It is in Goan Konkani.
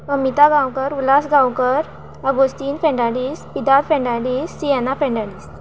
अमिता गांवकर उल्हास गांवकर अगोस्तीन फेर्नांडीस पिदार फेर्नांडीस सिएना फेर्नांडीस